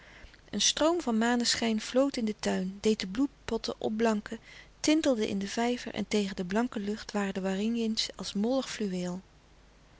een stroom van maneschijn vloot in den tuin deed de bloempotten opblanken tintelde in den vijver en tegen de blanke lucht waren de waringins als mollig fluweel